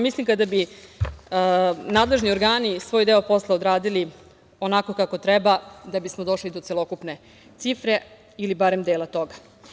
Mislim kada bi nadležni organi svoj deo posla odradili onako kako treba da bismo došli do celokupne cifre ili barem dela toga.